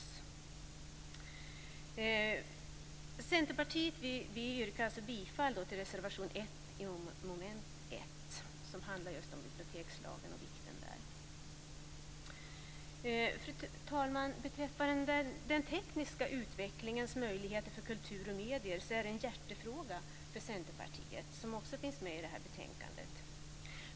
Jag yrkar från Centerpartiets sida bifall till reservation 1 under mom. 1, som handlar om bibliotekslagen. Fru talman! De möjligheter som den tekniska utvecklingen ger för kultur och medier är en hjärtefråga för Centerpartiet. Också den frågan behandlas i detta betänkande.